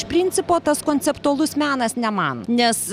iš principo tas konceptualus menas ne man nes